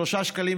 3.20 שקלים,